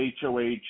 HOH